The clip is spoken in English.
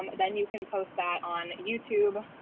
um then you can post that on youtube.